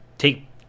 take